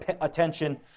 attention